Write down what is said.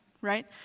right